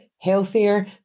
healthier